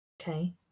Okay